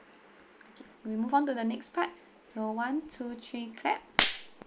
we move on to the next part so one two three clap